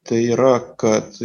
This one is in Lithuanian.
tai yra kad